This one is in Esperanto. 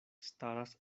staras